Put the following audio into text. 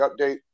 update